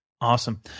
Awesome